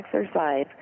exercise